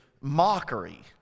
mockery